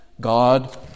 God